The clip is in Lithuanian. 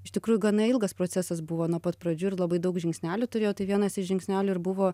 iš tikrųjų gana ilgas procesas buvo nuo pat pradžių ir labai daug žingsnelių turėjau tai vienas iš žingsnelių ir buvo